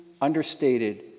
understated